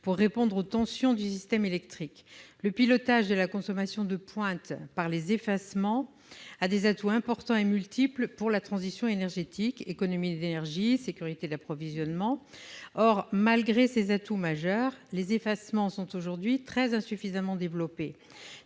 pour remédier aux tensions sur le système électrique. Le pilotage de la consommation de pointe par les effacements présente des atouts importants et multiples pour la transition énergétique : économies d'énergie, contribution à la sécurité d'approvisionnement. Or, malgré ces atouts majeurs, les effacements sont aujourd'hui très insuffisamment développés.